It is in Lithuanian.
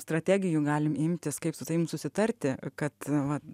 strategijų galim imtis kaip su tavim susitarti kad